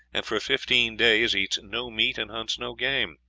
and for fifteen days eats no meat and hunts no game.